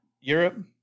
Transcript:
Europe